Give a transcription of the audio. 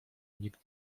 nikt